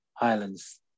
islands